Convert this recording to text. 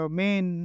main